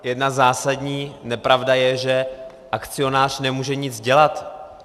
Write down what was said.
Jedna zásadní nepravda je, že akcionář nemůže nic dělat.